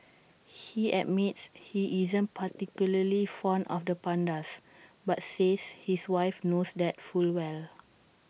he admits he isn't particularly fond of the pandas but says his wife knows that full well